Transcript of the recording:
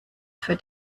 für